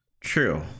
True